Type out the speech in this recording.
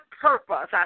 purpose